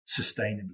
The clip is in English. sustainably